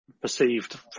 perceived